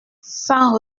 sans